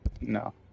No